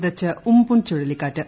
വിതച്ച് ഉം പൂൻ ചൂഴലിക്കാറ്റ്